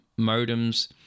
modems